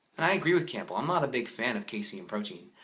and i agree with campbell, i'm not a big fan of casein protein.